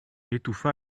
étouffa